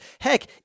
Heck